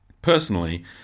Personally